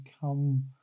come